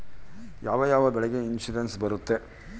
ಯಾವ ಯಾವ ಬೆಳೆಗೆ ಇನ್ಸುರೆನ್ಸ್ ಬರುತ್ತೆ?